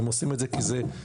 הם עושים את זה כי זה חשוב.